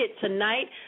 tonight